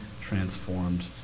transformed